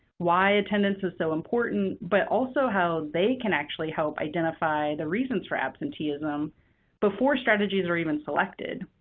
why attendance is so important, but also how they can actually help identify the reasons for absenteeism before strategies are even selected.